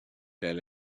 tell